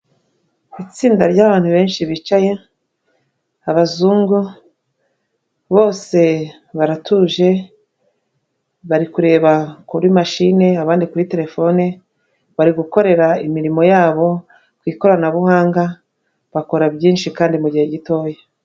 Itsinda ry'abantu benshi bicaye, abazungu bose baratuje, bari kureba kuri mashine abandi kuri telefone, bari gukorera imirimo yabo ku ikoranabuhanga, bakora byinshi kandi mu gihe gitoya.